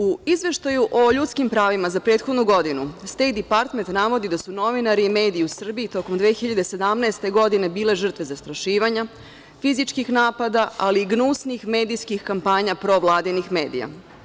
U izveštaju o ljudskim pravima za prethodnu godinu Stejt department navodi da su novinari i mediji u Srbiji tokom 2017. godine bile žrtve zastrašivanja, fizičkih napada, ali i gnusnih medijskih kampanja provladinih medija.